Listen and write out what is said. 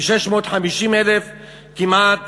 מ-650,000 כמעט